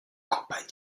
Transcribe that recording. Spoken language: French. campagne